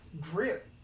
grip